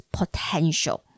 potential